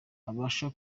abasha